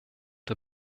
der